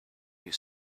you